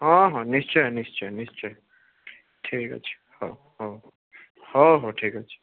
ହଁ ହଁ ନିଶ୍ଚୟ ନିଶ୍ଚୟ ନିଶ୍ଚୟ ଠିକ୍ ଅଛି ହଉ ହଉ ହଉ ହଉ ଠିକ୍ ଅଛି